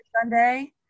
sunday